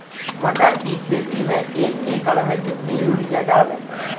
मटर की खेती में एक एकड़ में कितनी यूरिया डालें?